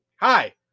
Hi